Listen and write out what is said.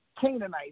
canaanites